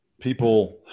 people